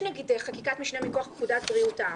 יש נגיד חקיקת משנה מכוח פקודת בריאות העם,